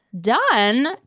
DONE